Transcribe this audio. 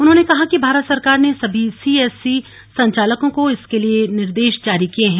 उन्होंने कहा कि भारत सरकार ने सभी सीएससी संचालकों को इसके लिए निर्देश जारी किए हैं